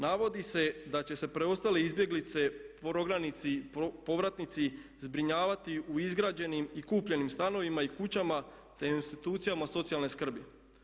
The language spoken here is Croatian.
Navodi se da će se preostale izbjeglice, prognanici, povratnici zbrinjavati u izgrađenim i kupljenim stanovima i kućama te u institucijama socijalne skrbi.